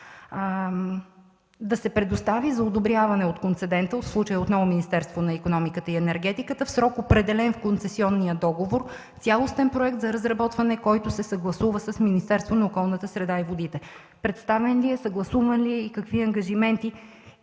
„Да се предостави за одобряване от концедента – в случая отново Министерството на икономиката и енергетиката – в срок, определен в концесионния договор, цялостен проект за разработване, който се съгласува с Министерството на околната среда и водите”. Представен ли е, съгласуван ли е и какви ангажименти